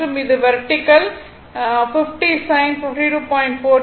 மற்றும் இது vertical 50 sine 52